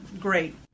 great